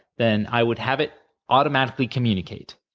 then, i would have it automatically communicate,